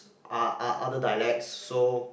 oth~ other dialects so